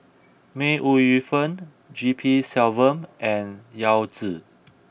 May Ooi Yu Fen G P Selvam and Yao Zi